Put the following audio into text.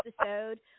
episode